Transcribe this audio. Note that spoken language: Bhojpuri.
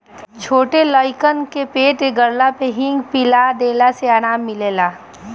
छोट लइकन के पेट गड़ला पे हिंग पिया देला से आराम मिलेला